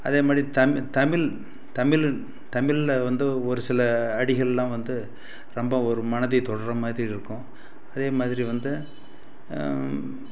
அதேமாதிரி தமி தமிழ் தமிழ் தமிழில் வந்து ஒரு சில அடிகள்லாம் வந்து ரொம்ப ஒரு மனதைத் தொடுறமாதிரி இருக்கும் அதேமாதிரி வந்து